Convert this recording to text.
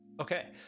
Okay